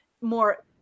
more